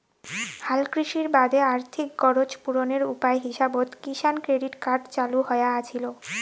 হালকৃষির বাদে আর্থিক গরোজ পূরণের উপায় হিসাবত কিষাণ ক্রেডিট কার্ড চালু হয়া আছিল